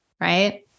right